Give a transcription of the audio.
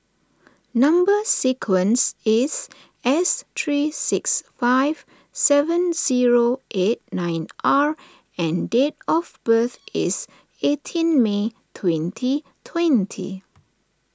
Number Sequence is S three six five seven zero eight nine R and date of birth is eighteen May twenty twenty